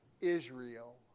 Israel